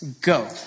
Go